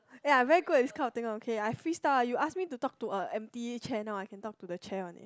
eh I'm very good at this kind of thing one okay I freestyle you ask me to talk to a empty chair now I can talk to the chair one leh